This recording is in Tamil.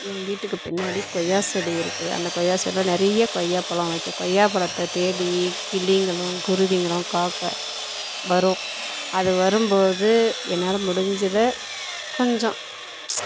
என் வீட்டுக்குப் பின்னாடி கொய்யாச் செடி இருக்குது அந்தக் கொய்யாச் செடியில் நிறையா கொய்யாப்பழம் வாய்க்கும் கொய்யாப் பழத்தை தேடி கிளிங்களும் குருவிங்களும் காக்கை வரும் அது வரும் போது என்னால் முடிஞ்சதை கொஞ்சம்